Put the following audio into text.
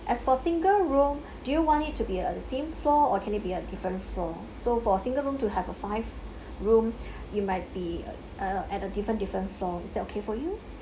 as for single room do you want it to be at the same floor or can it be a different floor so for single room to have a five room it might be uh at a different different floor is that okay for you